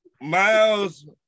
Miles